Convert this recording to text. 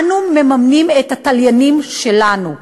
אנו מממנים את התליינים שלנו.